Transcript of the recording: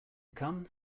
come